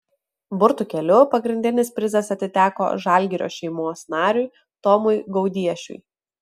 burtų keliu pagrindinis prizas atiteko žalgirio šeimos nariui tomui gaudiešiui